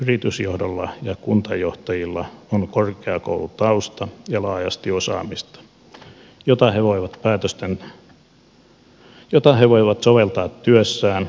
yritysjohdolla ja kuntajohtajilla on korkeakoulutausta ja laajasti osaamista jota he voivat soveltaa työssään